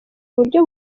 uburyo